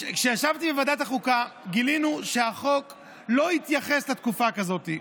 כשישבתי בוועדת החוקה גילינו שהחוק לא התייחס לתקופה כזאת,